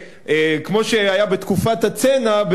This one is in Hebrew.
כמו שהיה בתקופת הצנע,